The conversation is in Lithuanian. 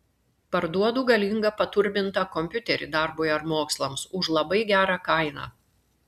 parduodu galingą paturbintą kompiuterį darbui ar mokslams už labai gerą kainą